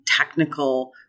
technical